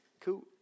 Cool